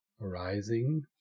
arising